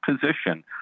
position